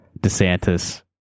DeSantis